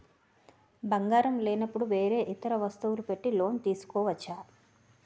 బంగారం లేనపుడు వేరే ఇతర వస్తువులు పెట్టి లోన్ తీసుకోవచ్చా?